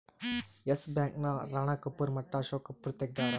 S Bank ನ ರಾಣ ಕಪೂರ್ ಮಟ್ಟ ಅಶೋಕ್ ಕಪೂರ್ ತೆಗ್ದಾರ